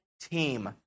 team